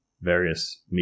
various